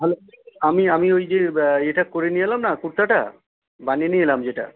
hello আমি আমি ওই যে এটা করে নিয়ে এলাম না কুর্তাটা বানিয়ে নিয়ে এলাম যেটা